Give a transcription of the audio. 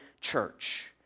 church